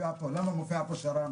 למה מופיע פה שר"מ?